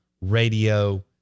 radio